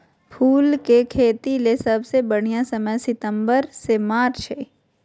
फूल के खेतीले सबसे बढ़िया समय सितंबर से मार्च हई